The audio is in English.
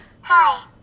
Hi